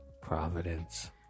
Providence